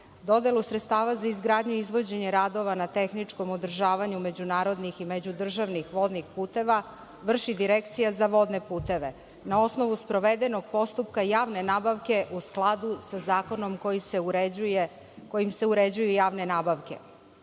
„Dodelu sredstava za izgradnju i izvođenje radova na tehničkom održavanju međunarodnih i međudržavnih vodnih puteva vrši Direkcija za vodne puteve, na osnovu sprovedenog postupka javne nabavke u skladu sa zakonom kojim se uređuju javne nabavke.